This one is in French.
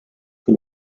que